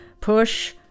push